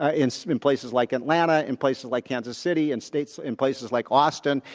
ah in so in places like atlanta, in places like kansas city, in states in places like austin,